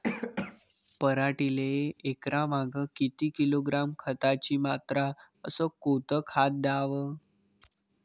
पराटीले एकरामागं किती किलोग्रॅम खताची मात्रा अस कोतं खात द्याव?